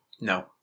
No